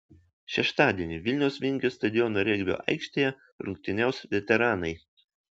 šeštadienį vilniaus vingio stadiono regbio aikštėje rungtyniaus veteranai